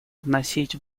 вносить